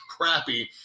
crappy